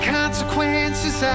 consequences